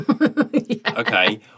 Okay